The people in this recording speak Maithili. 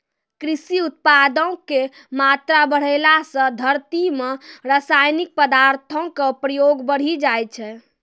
कृषि उत्पादो के मात्रा बढ़ैला से धरती मे रसायनिक पदार्थो के प्रयोग बढ़ि जाय छै